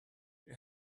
you